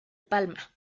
palma